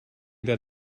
that